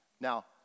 Now